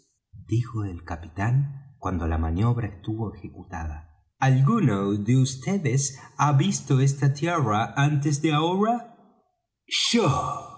dijo el capitán cuando la maniobra estuvo ejecutada alguno de vds ha visto esa tierra antes de ahora yo